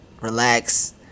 relax